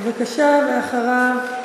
בבקשה, ואחריו,